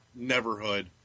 neverhood